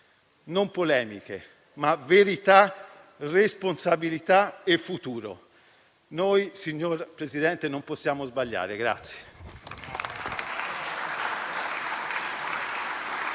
non polemiche, ma verità, responsabilità e futuro. Noi, signor Presidente, non possiamo sbagliare.